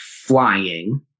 flying